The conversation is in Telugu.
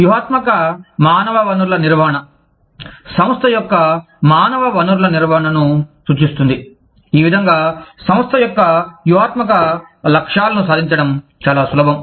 వ్యూహాత్మక మానవ వనరుల నిర్వహణ సంస్థ యొక్క మానవ వనరుల నిర్వహణను సూచిస్తుంది ఈ విధంగా సంస్థ యొక్క వ్యూహాత్మక లక్ష్యాలను సాధించడం చాలా సులభం